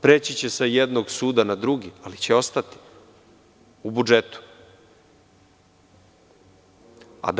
Preći će sa jednog suda na drugi, ali će ostati u budžetu.